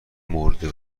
مرده